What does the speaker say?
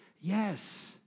Yes